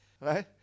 right